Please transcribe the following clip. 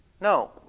no